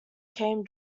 came